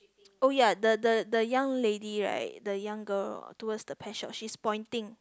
oh ya the the the young lady right the young girl towards the pet shop she is pointing